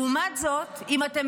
לעומת זאת, אם אתם